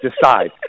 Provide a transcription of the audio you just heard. decide